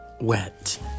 wet